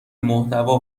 محتوا